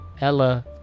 Ella